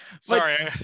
sorry